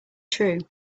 true